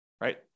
right